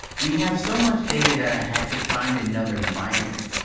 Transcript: we have so much data that i had to find another binder.